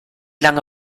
lange